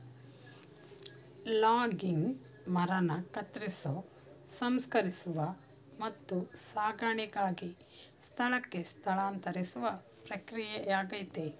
logging ಮರನ ಕತ್ತರಿಸೋ ಸಂಸ್ಕರಿಸುವ ಮತ್ತು ಸಾಗಣೆಗಾಗಿ ಸ್ಥಳಕ್ಕೆ ಸ್ಥಳಾಂತರಿಸುವ ಪ್ರಕ್ರಿಯೆಯಾಗಯ್ತೆ